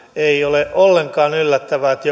ei ole ollenkaan yllättävää että